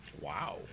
Wow